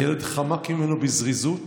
הילד חמק ממנו בזריזות